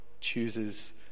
chooses